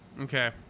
Okay